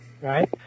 right